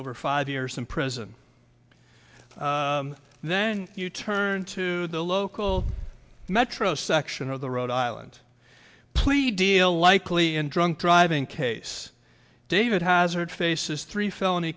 over five years in prison then you turn to the local metro section of the rhode island plead deal likely in drunk driving case david hazard faces three felony